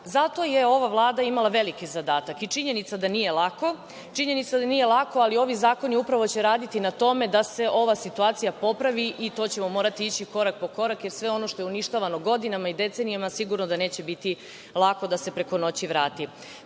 Zato je ova Vlada imala veliki zadatak i činjenica je da nije lako, činjenica je da nije lako, ali ovi zakoni upravo će raditi na tome da se ova situacija popravi i to ćemo morati ići korak po korak, jer sve ono što je uništavano godinama i decenijama sigurno je da neće biti lako da se preko noći vrati. Dakle,